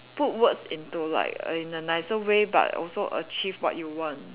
put words into like in a nicer way but also achieve what you want